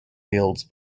fields